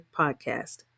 podcast